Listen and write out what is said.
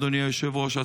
אדוני היושב-ראש,